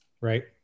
Right